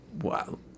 Wow